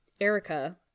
Erica